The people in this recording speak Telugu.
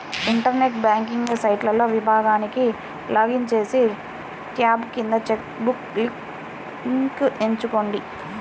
ఇంటర్నెట్ బ్యాంకింగ్ సైట్లోని విభాగానికి లాగిన్ చేసి, ట్యాబ్ కింద చెక్ బుక్ లింక్ ఎంచుకోండి